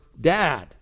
Dad